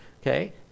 Okay